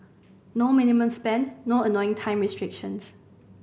no minimum spend no annoying time restrictions